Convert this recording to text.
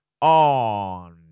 on